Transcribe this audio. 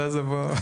אבל עזוב.